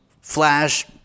Flash